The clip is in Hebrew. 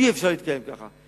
אי-אפשר להתקיים כך.